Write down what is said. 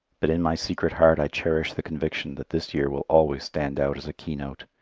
but in my secret heart i cherish the conviction that this year will always stand out as a keynote,